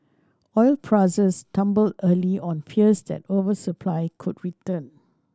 oil prices tumbled early on fears that oversupply could return